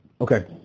Okay